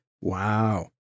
Wow